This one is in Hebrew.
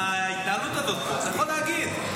ההתנהלות הזאת פה, אתה יכול להגיד.